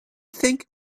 think